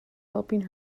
helping